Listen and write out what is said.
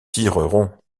tirerons